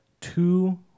two